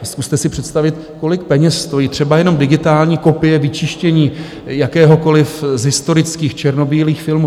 Zkuste si představit, kolik peněz stojí třeba jenom digitální kopie, vyčištění jakéhokoliv z historických černobílých filmů.